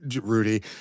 Rudy